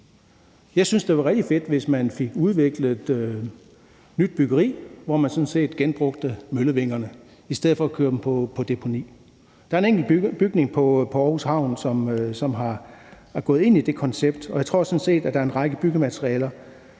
Jeg synes, det ville være rigtig fedt, hvis man fik udviklet nyt byggeri, hvor man sådan set genbrugte møllevingerne i stedet for at køre dem på deponi; der er en enkelt bygning på Aarhus Havn, som er gået ind i det koncept. Jeg tror sådan set, at der er en række byggematerialer,